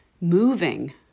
moving